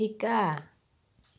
শিকা